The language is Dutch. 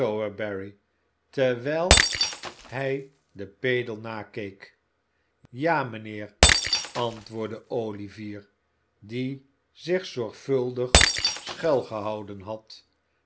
sowerberry terwijl hij den pedel nakeek ja mijnheer antwoordde olivier die zich zorgvuldig schuilgehouden had